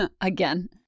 again